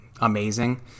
amazing